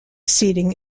seating